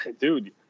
dude